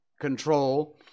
control